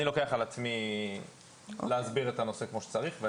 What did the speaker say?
אני לוקח על עצמי להסביר את הנושא כמו שצריך.